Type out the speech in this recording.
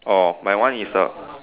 orh my one is a